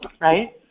right